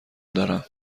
دارم